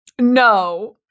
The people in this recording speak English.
No